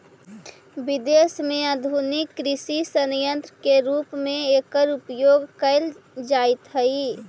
विदेश में आधुनिक कृषि सन्यन्त्र के रूप में एकर उपयोग कैल जाइत हई